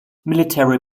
military